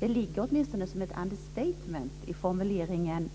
Det ligger åtminstone som ett understatement i formuleringen